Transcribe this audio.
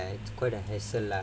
ya it's quite a hassle lah